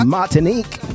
Martinique